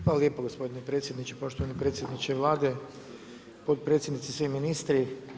Hvala lijepo gospodine predsjedniče, poštovani predsjedniče Vlade, potpredsjednici, svi ministri.